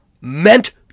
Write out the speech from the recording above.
meant